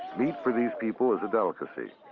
meat for these people is a delicacy,